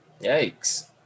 Yikes